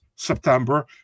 September